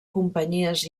companyies